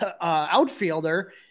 outfielder